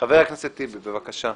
חבר הכנסת טיבי, בבקשה.